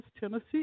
Tennessee